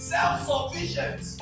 Self-sufficient